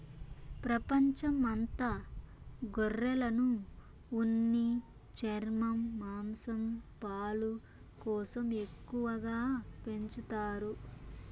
ప్రపంచం అంత గొర్రెలను ఉన్ని, చర్మం, మాంసం, పాలు కోసం ఎక్కువగా పెంచుతారు